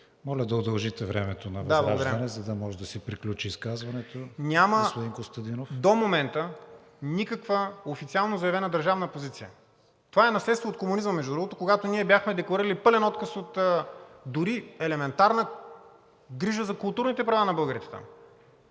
Моля да удължите времето на ВЪЗРАЖДАНЕ, за да може да си приключи изказването господин Костадинов. КОСТАДИН КОСТАДИНОВ: Да, благодаря. Няма до момента никаква официално заявена държавна позиция. Това е наследство от комунизма, между другото, когато ние бяхме декларирали пълен отказ от дори елементарна грижа за културните права на българите там.